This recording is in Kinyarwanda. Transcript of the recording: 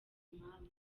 impamvu